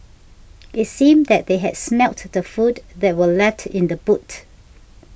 it seemed that they had smelt the food that were left in the boot